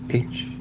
h.